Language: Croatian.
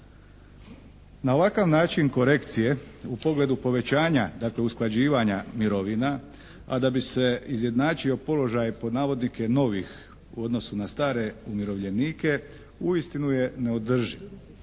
Na ovakav način korekcije u pogledu povećanja, dakle usklađivanja mirovina, a da bi se izjednačio položaj, pod navodnike "novih" u odnosu na stare umirovljenike uistinu je neodrživ.